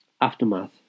aftermath